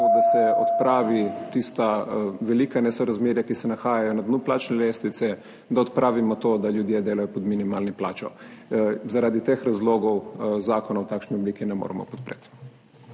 da se odpravijo tista velika nesorazmerja, ki se nahajajo na dnu plačne lestvice, da odpravimo to, da ljudje delajo pod minimalno plačo. Zaradi teh razlogov zakona v takšni obliki ne moremo podpreti.